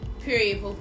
period